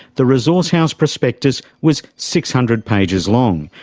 the resourcehouse prospectus was six hundred pages long,